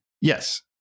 yes